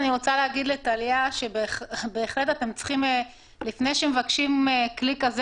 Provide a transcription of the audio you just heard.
אני רוצה להגיד לטליה שבהחלט לפני שמבקשים כלי כזה